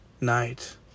night